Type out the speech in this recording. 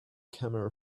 camera